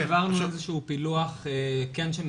אנחנו העברנו איזה שהוא פילוח שמתייחס